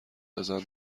بزن